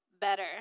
better